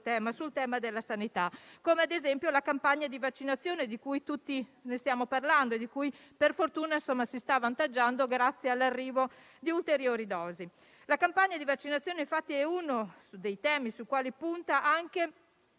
poggia sul tema della sanità, come ad esempio la campagna di vaccinazione, della quale tutti stiamo parlando e che, per fortuna, si sta avvantaggiando grazie all'arrivo di ulteriori dosi. La campagna di vaccinazione, infatti, è uno dei temi sui quali punta anche